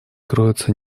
кроются